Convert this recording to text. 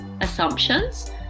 assumptions